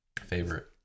favorite